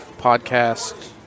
Podcast